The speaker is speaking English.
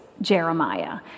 Jeremiah